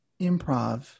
improv